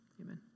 Amen